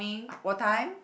all time